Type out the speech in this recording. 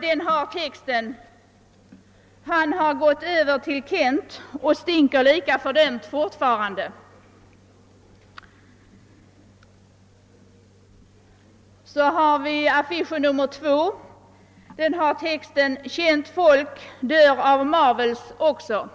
Den har texten: »Han har gått över till Kent och stinker lika fördömt fortfarande.» Sedan kommer affisch nr 2. Den har texten: »Känt folk dör av Marvels också.»